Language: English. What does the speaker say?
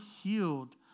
healed